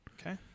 Okay